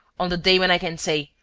on the day when i can say,